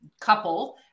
couple